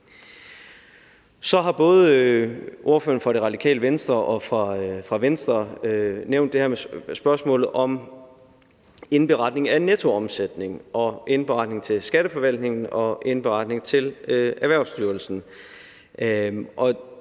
Så har både ordføreren for Det Radikale Venstre og for Venstre nævnt spørgsmålet om indberetning af nettoomsætning og indberetning til skatteforvaltningen og indberetning til Erhvervsstyrelsen.